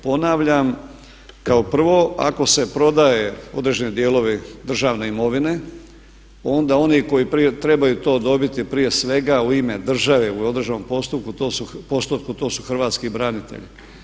Ponavljam kao prvo, ako se prodaju određeni dijelovi državne imovine, onda oni koji trebaju to dobiti prije svega u ime države u određenom postotku to su hrvatski branitelji.